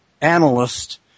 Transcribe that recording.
analyst